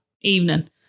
evening